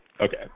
Okay